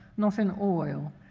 not in oil,